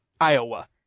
Iowa